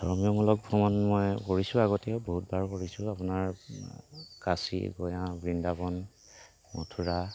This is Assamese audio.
ধৰ্মীয়মূলক ভ্ৰমণ মই কৰিছোঁ আগতে বহুতবাৰ কৰিছোঁ আপোনাৰ কাশী গয়া বৃন্দাবন মথুৰা